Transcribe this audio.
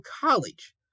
college